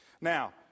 Now